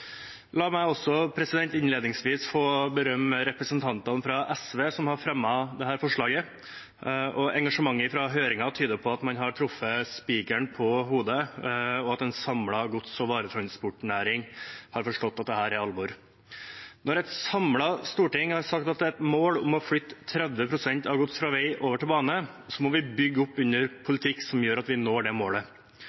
La meg også innledningsvis få berømme representantene fra SV som har fremmet dette forslaget. Engasjementet fra høringen tyder på at man har truffet spikeren på hodet, og at en samlet gods- og varetransportnæring har forstått at dette er alvor. Når et samlet storting har sagt at det er et mål å flytte 30 pst. av gods fra vei over til bane, må vi bygge opp under